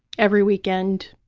every weekend,